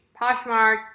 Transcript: Poshmark